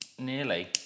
Nearly